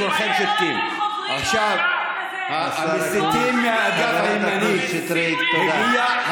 מסית, מסית, מסית שכמוך.